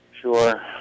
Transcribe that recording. Sure